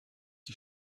die